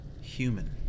Human